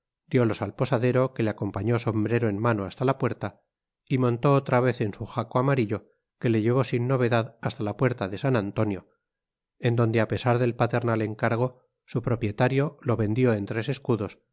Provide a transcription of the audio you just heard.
diólos al posadero que le acompañó sombrero en mano hasta la puerta y montó otra vez en su jaco amarillo que le llevó sin novedad hasta la puerta de san antonio en donde apesar del paternal encargo su propietario lo vendió en tres escudos